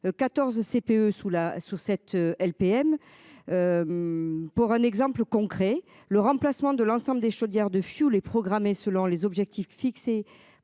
la sous cette LPM. Pour un exemple concret, le remplacement de l'ensemble des chaudières de fioul est programmée selon les objectifs fixés